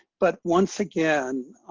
but once again,